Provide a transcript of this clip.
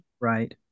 right